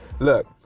Look